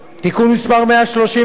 (תיקון מס' 133),